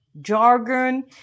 jargon